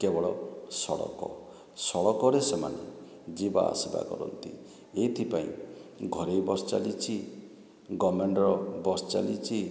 କେବଳ ସଡ଼କ ସଡ଼କରେ ସେମାନେ ଯିବା ଆସିବା କରନ୍ତି ଏଇଥିପାଇଁ ଘରେଇ ବସ୍ ଚାଲିଛି ଗଭର୍ଣ୍ଣମେଣ୍ଟ୍ର ବସ୍ ଚାଲିଛି